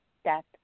step